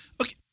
Okay